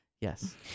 Yes